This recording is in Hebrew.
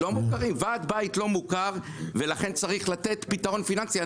ועד בית לא מוכר, ולכן צריך לתת פתרון פיננסי.